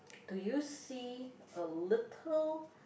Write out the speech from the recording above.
do you see a little